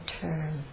term